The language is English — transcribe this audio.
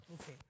Okay